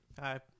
Hi